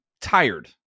tired